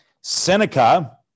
Seneca